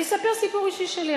אני אספר סיפור אישי שלי,